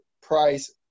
price